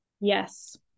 Yes